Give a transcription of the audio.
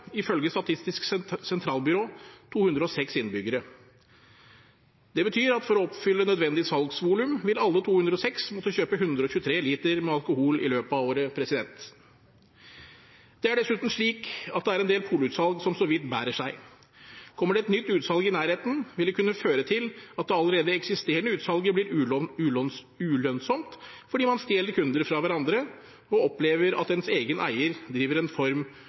ifølge Statistisk sentralbyrå 206 innbyggere. Det betyr at for å oppfylle nødvendig salgsvolum vil alle 206 måtte kjøpe 123 liter alkohol i løpet av året. Det er dessuten slik at det er en del polutsalg som så vidt bærer seg. Kommer det et nytt utsalg i nærheten, vil det kunne føre til at det allerede eksisterende utsalget blir ulønnsomt, fordi man stjeler kunder fra hverandre og opplever at ens egen eier driver en form